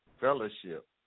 fellowship